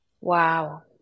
Wow